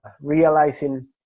realizing